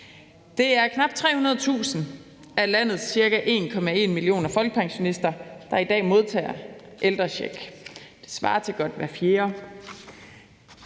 Det er knap 300.000 af landets ca. 1,1 million folkepensionister, der i dag modtager ældrecheck. Det svarer til godt hver fjerde.